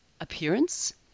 appearance